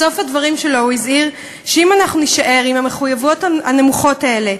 בסוף הדברים שלו הוא הזהיר שאם אנחנו נישאר עם המחויבויות הנמוכות האלה,